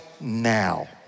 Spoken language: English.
now